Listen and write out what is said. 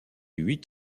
huit